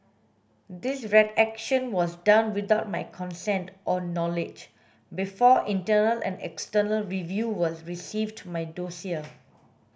this redaction was done without my consent or knowledge before internal and external reviewers received my dossier